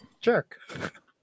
jerk